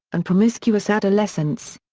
and promiscuous adolescents.